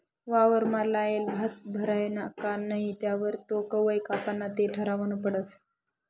वावरमा लायेल भात भरायना का नही त्यावर तो कवय कापाना ते ठरावनं पडस